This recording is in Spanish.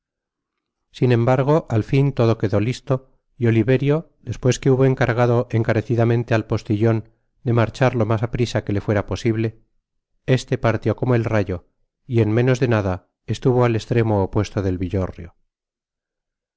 sin embargo al fin todo quedó listo y oliverio despues que hubo encargado encarecidamente al postillon de marchar lo mas aprisa que le fuera posible éste partió como el rayo y en menos de nada estuvo al estremo opuesto del villorrio